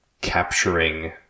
capturing